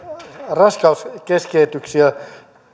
raskaudenkeskeytyksiä